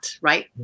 right